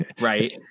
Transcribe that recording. Right